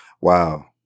Wow